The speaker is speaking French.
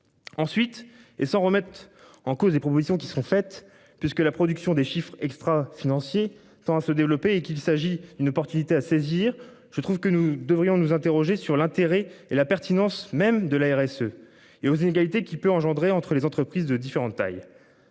Ensuite, et s'en remettent en cause des propositions qui seront faites puisque la production des chiffres extra-financiers tend à se développer et qu'il s'agit d'une opportunité à saisir. Je trouve que nous devrions nous interroger sur l'intérêt et la pertinence même de la RSE et aux inégalités qui peut engendrer entre les entreprises de différentes tailles.